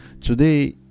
Today